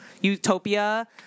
utopia